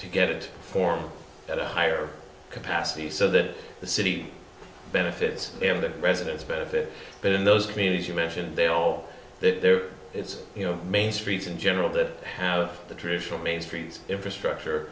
to get it for at a higher capacity so that the city benefits of the residents benefit but in those communities you mentioned they're all there it's you know main streets in general that have the traditional main street infrastructure